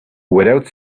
without